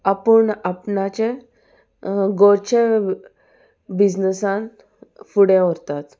आपूण आपणाचे घरचे बिजनसान फुडें व्हरतात